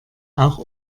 auch